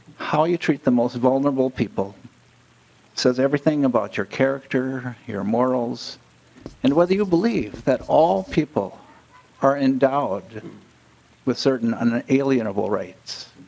how you treat the most vulnerable people says everything about your character your morals and whether you believe that all people are in endowed and with certain and inalienable rights.